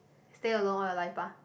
stay alone all your life bah